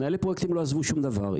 מנהלי פרויקטים לא עזבו שום דבר.